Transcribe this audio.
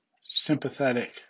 sympathetic